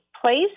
place